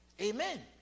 amen